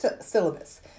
syllabus